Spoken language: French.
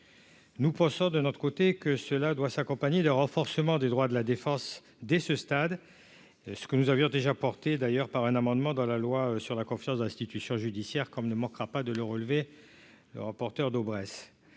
nous pensons de notre côté, que cela doit s'accompagner d'un renforcement des droits de la défense dès ce stade, ce que nous avions déjà porté d'ailleurs par un amendement dans la loi sur la confiance dans l'institution judiciaire comme ne manquera pas de le relever le rapporteur Daubresse